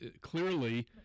Clearly